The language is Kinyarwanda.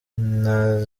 nta